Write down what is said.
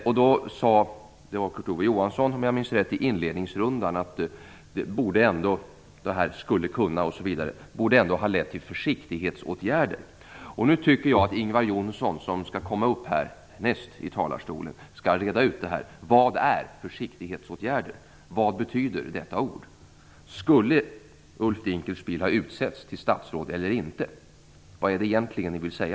Om jag minns rätt var det Kurt Ove Johansson som i inledningsrundan sade att det faktum att Dinkelspiels delägarskap skulle kunna leda till misstro ändå borde ha lett till försiktighetsåtgärder. Jag tycker att Ingvar Johnsson, som skall komma upp härnäst i talarstolen, skall reda ut detta. Vad är "försiktighetsåtgärder"? Vad betyder detta ord? Skulle Ulf Dinkelspiel ha utsetts till statsråd eller inte? Vad är det egentligen ni vill säga?